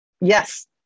yes